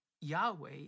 Yahweh